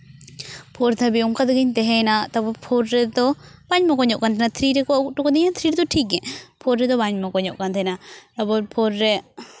four ᱫᱷᱟᱹᱵᱤᱡ ᱚᱱᱠᱟ ᱛᱮᱜᱤᱧ ᱛᱟᱦᱮᱭᱮᱱᱟ ᱛᱟᱨᱯᱚᱨ ᱯᱷᱳᱨ ᱨᱮᱫᱚ ᱵᱟᱹᱧ ᱢᱚᱠᱚᱧᱚᱜ ᱠᱟᱱ ᱛᱟᱦᱮᱱᱟ ᱛᱷᱨᱤ ᱨᱮᱠᱚ ᱟᱹᱜᱩ ᱦᱚᱴᱚ ᱠᱟᱹᱫᱤᱧᱟ ᱛᱷᱨᱤ ᱨᱮᱫᱚ ᱴᱷᱤᱠ ᱜᱮᱭᱟ ᱯᱷᱳᱨ ᱨᱮᱫᱚ ᱵᱟᱹᱧ ᱢᱚᱠᱚᱧᱚᱜ ᱠᱟᱱ ᱛᱟᱦᱮᱱᱟ ᱟᱵᱟᱨ ᱯᱷᱳᱨ ᱨᱮ